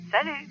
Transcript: Salut